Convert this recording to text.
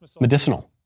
Medicinal